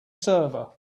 server